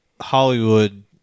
Hollywood